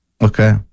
Okay